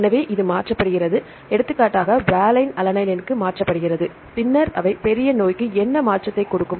எனவே இது மாற்றப்படுகிறது எடுத்துக்காட்டாக வாலைன் அலனைனுக்கு மாற்றப்படுகிறது பின்னர் அவை பெரிய நோய்க்கு என்ன மாற்றத்தை கொடுக்கும்